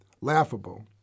Laughable